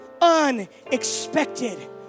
unexpected